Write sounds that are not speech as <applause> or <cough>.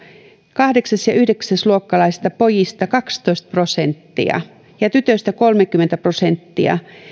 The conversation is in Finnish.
kahdeksas ja yhdeksäs luokkalaisista pojista kaksitoista prosenttia ja tytöistä kolmekymmentä prosenttia <unintelligible> <unintelligible>